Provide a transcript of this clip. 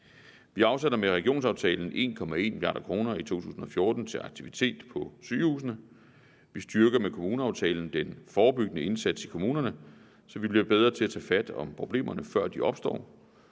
Vi afsætter med regionsaftalen 1,1 mia. kr. i 2014 til aktivitet på sygehusene, vi styrker med kommuneaftalen den forebyggende indsats i kommunerne, så vi bliver bedre til at tage fat om problemerne, før de opstår,